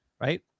right